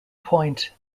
point